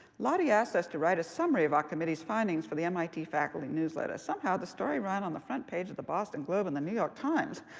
lotte asked us to write a summary of our committee's findings for the mit faculty newsletter. somehow the story ran on the front page of the boston globe and the new york times.